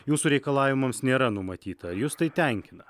jūsų reikalavimams nėra numatyta jus tai tenkina